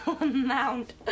amount